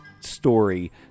story